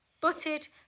butted